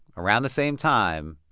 around the same time,